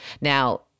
Now